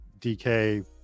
DK